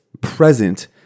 present